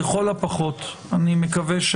לכל הפחות אני מקווה.